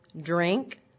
drink